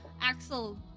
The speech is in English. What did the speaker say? Axel